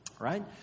right